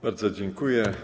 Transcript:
Bardzo dziękuję.